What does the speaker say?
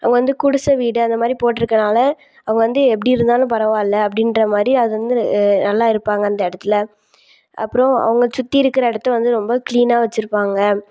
அவங்க வந்து குடிசை வீடு அந்தமாதிரி போட்டிருக்கன்னால அவங்க வந்து எப்படியிருந்தாலும் பரவாயில்ல அப்படின்ற மாதிரி அதுவந்து நல்லாயிருப்பாங்க அந்த இடத்துல அப்புறம் அவங்க சுற்றி இருக்கிற இடத்த வந்து ரொம்ப கிளீனாக வச்சுருப்பாங்க